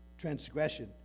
transgression